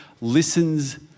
listens